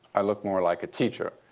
i looked more like a teacher.